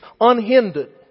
unhindered